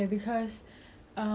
C_C_A was number one for me